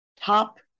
top